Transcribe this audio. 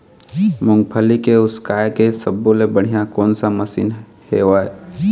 मूंगफली के उसकाय के सब्बो ले बढ़िया कोन सा मशीन हेवय?